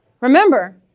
Remember